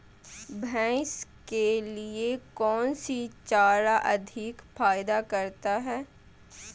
भैंस के लिए कौन सी चारा अधिक फायदा करता है?